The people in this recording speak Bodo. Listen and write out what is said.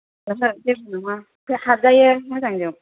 ओहो जेबो नङा हाबजायो मोजांजोब